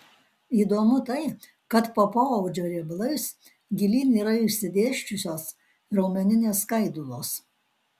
įdomu tai kad po poodžio riebalais gilyn yra išsidėsčiusios raumeninės skaidulos